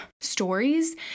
stories